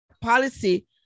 policy